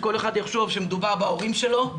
שכל אחד יחשוב שמדובר בהורים שלו,